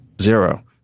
zero